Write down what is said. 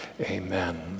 amen